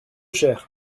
cher